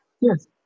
Yes